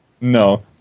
No